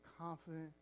confident